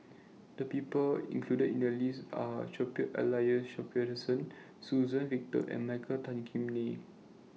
The People included in The list Are Cuthbert Aloysius Shepherdson Suzann Victor and Michael Tan Kim Nei